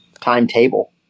Timetable